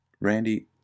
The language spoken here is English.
Randy